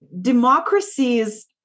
democracies